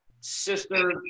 sister